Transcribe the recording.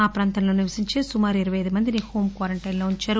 ఆ ప్రాంతంలో నివసించే సుమారు ఇరవై అయిదు మందిని హోం క్యారంటైన్ లో ఉంచారు